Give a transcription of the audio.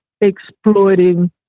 exploiting